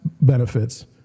benefits